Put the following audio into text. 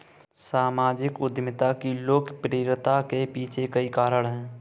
सामाजिक उद्यमिता की लोकप्रियता के पीछे कई कारण है